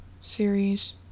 series